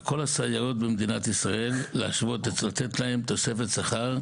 על כל הסייעות במדינת ישראל שצריך להשוות ולתת להן תוספת שכר,